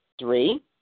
Three